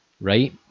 right